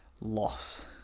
loss